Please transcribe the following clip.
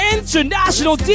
International